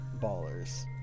ballers